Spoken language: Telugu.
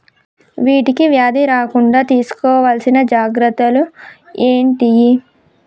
వీటికి వ్యాధి రాకుండా తీసుకోవాల్సిన జాగ్రత్తలు ఏంటియి?